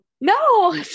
No